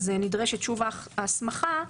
נדרשת שוב ההסכמה,